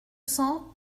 cents